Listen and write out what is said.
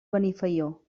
benifaió